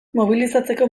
mobilizatzeko